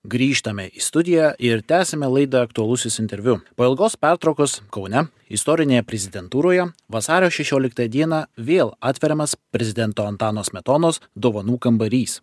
grįžtame į studiją ir tęsiame laidą aktualusis interviu po ilgos pertraukos kaune istorinėje prezidentūroje vasario šešioliktą dieną vėl atveriamas prezidento antano smetonos dovanų kambarys